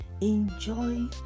enjoy